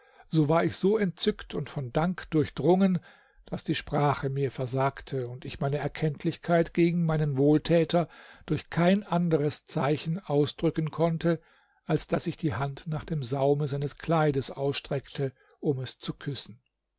so war ich so entzückt und von dank durchdrungen daß die sprache mir versagte und ich meine erkenntlichkeit gegen meinen wohltäter durch kein anderes zeichen ausdrücken konnte als daß ich die hand nach dem saume seines kleides ausstreckte um es zu küssen